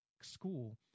school